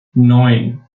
neun